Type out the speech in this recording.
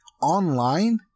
Online